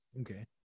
okay